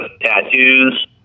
tattoos